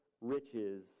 riches